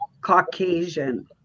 Caucasian